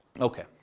Okay